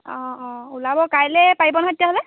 অঁ অঁ ওলাব কাইলৈ পাৰিব নহয় তেতিয়াহ'লে